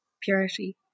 purity